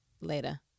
Later